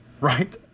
Right